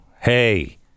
Hey